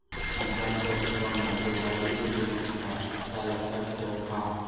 मुद्द्दाम कर चुकवणा ह्यो कायदेशीर गुन्हो आसा, ह्या लक्ष्यात ठेव हां